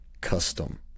custom